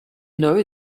know